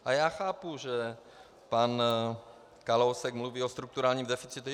A já chápu, že pan Kalousek mluví o strukturálním deficitu.